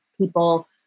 People